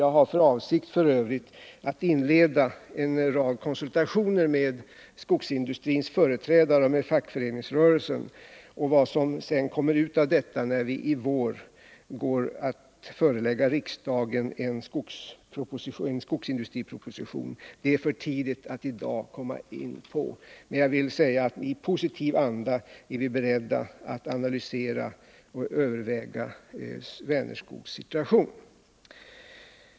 Jag har f. ö. för avsikt att inleda en rad konsultationer med skogsindustrins och fackföreningsrörelsens företrädare. Vad som kommer ut av detta när vi till våren går att förelägga riksdagen en skogsindustriproposition är det i dag för tidigt att gå in på, men jag vill säga att vi är beredda att i positiv anda analysera och överväga Vänerskogs situation.